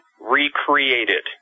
recreated